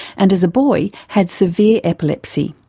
and as a boy had severe epilepsy.